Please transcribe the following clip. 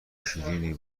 شیریننی